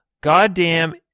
goddamn